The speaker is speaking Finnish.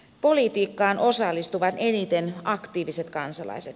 politiikkaan osallistuvat eniten aktiiviset kansalaiset